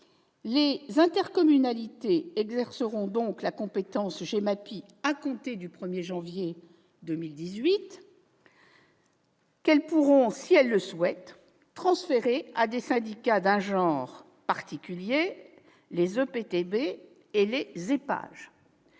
Les intercommunalités exerceront donc la compétence GEMAPI à compter du 1 janvier 2018, une compétence qu'elles pourront, si elles le souhaitent, transférer à des syndicats d'un genre particulier : les EPTB et les EPAGE.